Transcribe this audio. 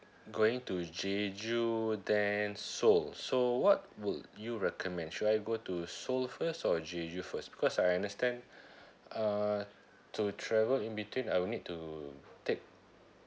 going to jeju then seoul so what would you recommend should I go to seoul first or jeju first because I understand uh to travel in between I will need to take